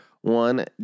one